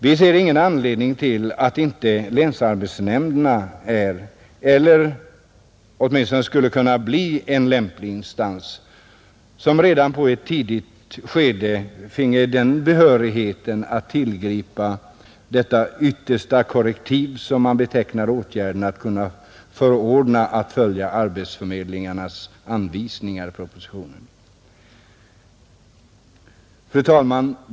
Vi ser ingen anledning till att inte länsarbetsnämnden är — eller åtminstone skulle kunna bli — en lämplig instans, som redan i ett tidigt skede finge behörigheten att tillgripa detta yttersta korrektiv, som man i propositionen betecknar åtgärden att förordna att följa arbetsförmedlingarnas anvisningar. Fru talman!